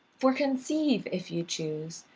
for conceive, if you choose,